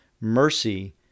Mercy